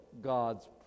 God's